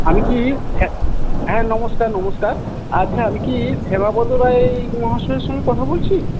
আমি কি হ্যাঁ নমস্কার নমস্কার আচ্ছা আমি কি শ্যামাপদ রায় মহাশয়ের সঙ্গে কথা বলছি